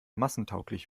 massentauglich